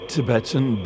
Tibetan